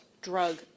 drug